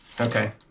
Okay